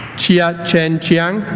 chia-chen chiang